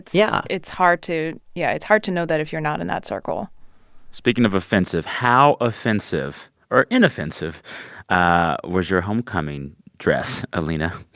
yeah. hard to yeah. it's hard to know that if you're not in that circle speaking of offensive, how offensive or inoffensive ah was your homecoming dress, alina,